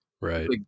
Right